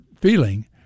feeling